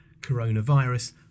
Coronavirus